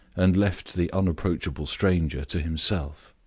and left the unapproachable stranger to himself.